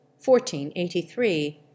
1483